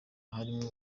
harimwo